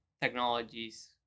technologies